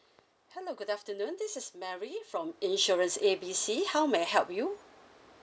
hello good afternoon this is mary from insurance A B C how may I help you